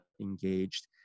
engaged